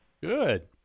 Good